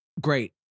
Great